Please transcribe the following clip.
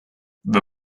the